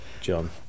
John